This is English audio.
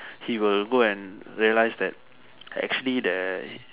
he will go and realise that actually there